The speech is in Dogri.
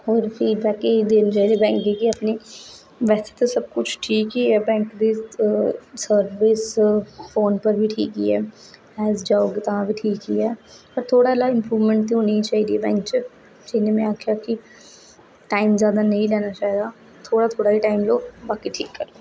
होर फीडबैक ई देनी चाहिदी जेह्ड़ी बैंक ई अपनी बैसे ते सब कुछ ठीक ई ऐ बैंक दी सर्विस फोन उप्पर बी ठीक ऐ एस जॉब तां बी ठीक ई ऐ पर थोह्ड़ा जेहा इंप्रूवमेंट ते होनी गै चाहिदी ऐ बैंक च जि'यां में आखेआ कि टाइम जादा नेईं लैना चाहिदा थोह्ड़ा थोह्ड़ा ई टाइम लैओ बाकी ठीक करो